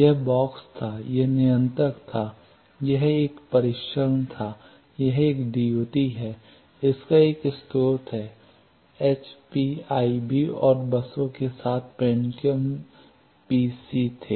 यह बॉक्स था यह नियंत्रक था यह एक परीक्षण था यह एक DUT है इसका एक स्रोत है तो HPIB और बसों के साथ पेंटियम पी सी थे